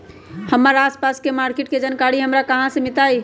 हमर आसपास के मार्किट के जानकारी हमरा कहाँ से मिताई?